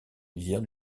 lisière